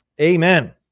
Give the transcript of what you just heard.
Amen